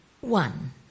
one